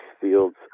fields